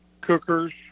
cookers